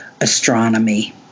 Astronomy